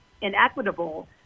inequitable